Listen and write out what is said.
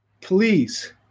Please